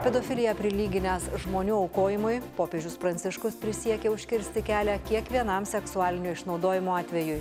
pedofiliją prilyginęs žmonių aukojimui popiežius pranciškus prisiekė užkirsti kelią kiekvienam seksualinio išnaudojimo atvejui